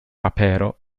papero